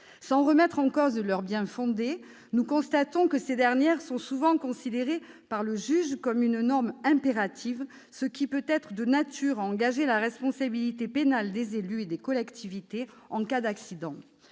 Sans remettre en cause leur bien-fondé, nous constatons que ces dernières sont souvent considérées par le juge comme des normes impératives, ce qui peut être de nature, en cas d'accident, à engager la responsabilité pénale des élus et des collectivités. Or nous savons-